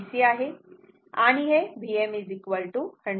आणि हे Vm 100 आहे